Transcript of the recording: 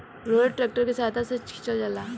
roller tractor के सहायता से खिचल जाला